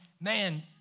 man